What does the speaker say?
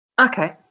Okay